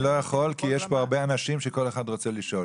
אני לא יכול כי יש פה הרבה אנשים שכל אחד רוצה לשאול.